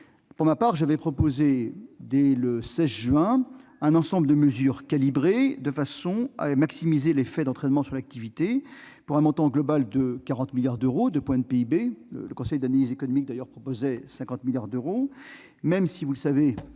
pour ma part, dès le 16 juin, un ensemble de mesures calibrées, de façon à maximiser l'effet d'entraînement sur l'activité pour un montant global de 40 milliards d'euros, soit 2 points de PIB. Le Conseil d'analyse économique suggérait 50 milliards d'euros. Malgré le fameux